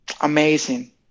Amazing